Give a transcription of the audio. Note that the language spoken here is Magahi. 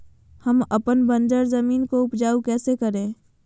हम अपन बंजर जमीन को उपजाउ कैसे करे?